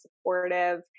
supportive